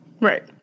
Right